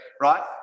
right